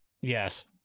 Yes